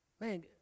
Man